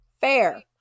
Fair